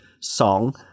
song